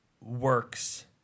works